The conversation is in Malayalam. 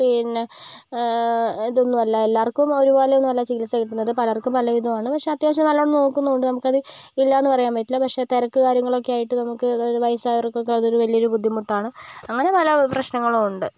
പിന്നെ ഇത് ഒന്നും അല്ല എല്ലാവർക്കും ഒരു പോലെ ഒന്നും അല്ല ചികിത്സ കിട്ടുന്നത് പലർക്കും പല ഇതാണ് പക്ഷേ അത്യാവശ്യം നല്ലോണം നോക്കുന്നുണ്ട് നമുക്ക് അത് ഇല്ല എന്ന് പറയാൻ പറ്റില്ല പക്ഷേ തിരക്ക് കാര്യങ്ങളൊക്കെ ആയിട്ട് നമുക്ക് അതായത് വയസ്സായവർക്ക് ഒക്കെ അത് വലിയ ഒരു ബുദ്ധിമുട്ട് ആണ് അങ്ങനെ പല പ്രശ്നങ്ങളുമുണ്ട്